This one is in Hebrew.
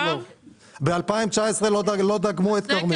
ב-2019 לא דגמו את כרמית.